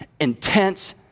intense